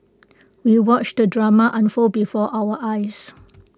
we watched the drama unfold before our eyes